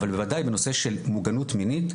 אבל בוודאי בנושא של מוגנות מינית,